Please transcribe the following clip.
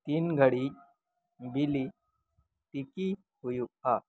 ᱛᱤᱱ ᱜᱷᱟᱹᱲᱤᱡ ᱵᱤᱞᱤ ᱛᱤᱠᱤᱭ ᱦᱩᱭᱩᱜᱼᱟ